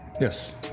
Yes